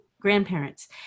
grandparents